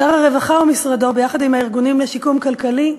שר הרווחה ומשרדו, יחד עם הארגונים לשיקום כלכלי,